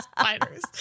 Spiders